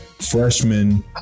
freshman